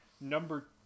Number